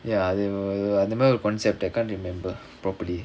ya அது அந்தமாரி ஓரு:athu anthamaari oru concept I can't remember properly